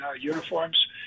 uniforms